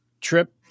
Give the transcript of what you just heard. trip